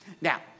Now